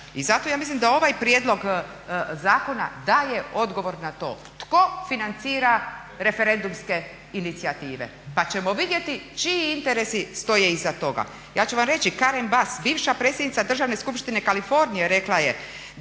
I zato ja mislim da ovaj prijedlog zakona daje odgovor na to tko financira referendumske inicijative pa ćemo vidjeti čiji interesi stoje iza toga. Ja ću vam reći Karen Bass, bivša predsjednica Državne skupštine Kalifornije rekla je